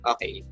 Okay